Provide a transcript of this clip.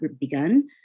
begun